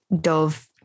dove